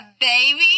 baby